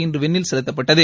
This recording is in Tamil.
இன்று விண்ணில் செலுத்தப்பட்டது